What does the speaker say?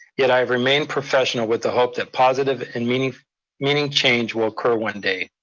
yet i've remained professional with the hope that positive and meaning meaning change will occur one day.